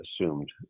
assumed